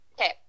okay